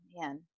man